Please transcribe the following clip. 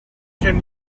can